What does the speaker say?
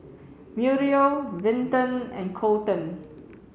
Muriel Vinton and Colten